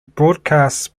broadcasts